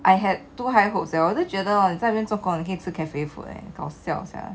I had too high hopes leh 我就觉得你在那边做工你可以吃 cafe food leh 好笑 sia